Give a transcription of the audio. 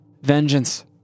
vengeance